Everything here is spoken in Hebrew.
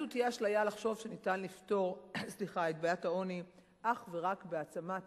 זו תהיה אשליה לחשוב שניתן לפתור את בעיית העוני אך ורק בהעצמת